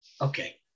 Okay